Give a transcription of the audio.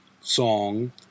song